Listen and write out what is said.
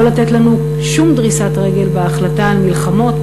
לא לתת לנו שום דריסת רגל בהחלטה על מלחמות,